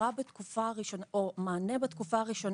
מענה בתקופה הראשונה, מענה טיפולי,